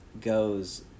goes